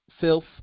filth